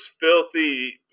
filthy